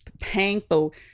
painful